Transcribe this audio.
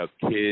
kids